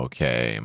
Okay